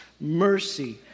mercy